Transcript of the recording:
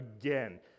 again